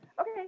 Okay